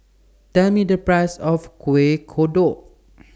Tell Me The Price of Kuih Kodok